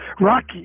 Rocky